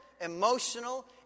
emotional